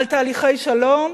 על תהליכי שלום,